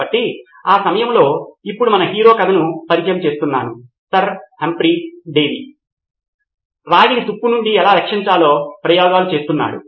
కాబట్టి ఆ సమయంలో ఇప్పుడు మన హీరో కథను పరిచయం చేస్తున్నాను సర్ హంఫ్రీ డేవి రాగిని తుప్పు నుండి ఎలా రక్షించాలో ప్రయోగాలు చేస్తున్నాడు